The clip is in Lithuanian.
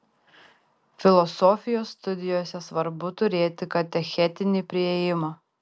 filosofijos studijose svarbu turėti katechetinį priėjimą